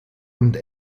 und